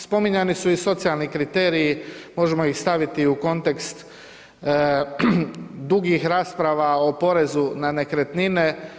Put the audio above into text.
Spominjani su i socijalni kriteriji, možemo ih staviti u kontekst dugih rasprava o porezu na nekretnine.